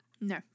No